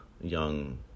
young